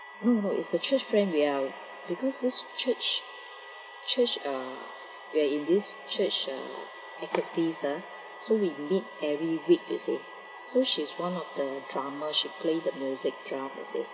no no it's a church friend we are because this church church uh we are in this church uh faculties !huh! so we meet every week you see so she's one of the drummer she play the music drum you see